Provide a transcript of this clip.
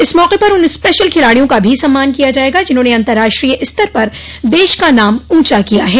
इस मौके पर उन स्पेशल खिलाड़ियों का भी सम्मान किया जायेगा जिन्होंने अन्तर्राष्ट्रीय स्तर पर देश का नाम ऊॅचा किया है